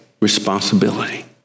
responsibility